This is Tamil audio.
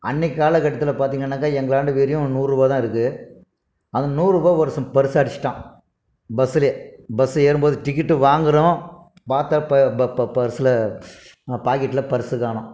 அன்றைக்கி கால கட்டத்தில் பார்த்திங்கனாக்க எங்களான்ட வெறும் நூறுவாய் தான் இருக்குது அந்த நூறுபாய் ஒருத்தன் பர்ஸை அடிச்சுட்டான் பஸ்ஸுலே பஸ்ஸுல ஏறும்போது டிக்கட்டு வாங்குகிறோம் பார்த்தா பர்ஸில் பாக்கெட்டில் பர்ஸு காணும்